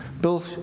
Bill